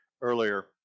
earlier